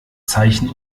zeichen